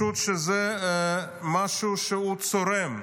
משהו שהוא צורם,